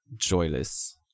joyless